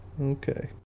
Okay